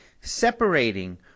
separating